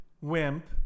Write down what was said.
wimp